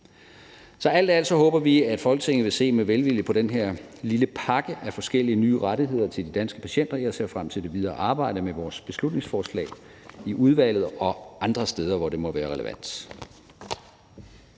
Alt i alt håber vi, at Folketinget vil se med velvilje på den her lille pakke af forskellige nye rettigheder til de danske patienter. Jeg ser frem til det videre arbejde med vores beslutningsforslag i udvalget og andre steder, hvor det måtte være relevant.